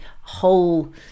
whole